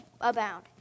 abound